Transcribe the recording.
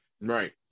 right